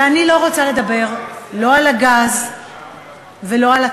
ואני לא רוצה לדבר לא על הגז ולא על התקציב,